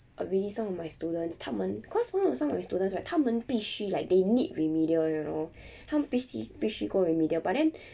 uh really some of my students 他们 cause one of some of the students right 他们必须 like they need remedial you know 他们必须必须 go remedial but then